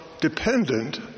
dependent